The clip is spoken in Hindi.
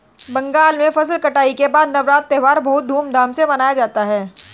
बंगाल में फसल कटाई के बाद नवान्न त्यौहार बहुत धूमधाम से मनाया जाता है